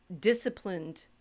disciplined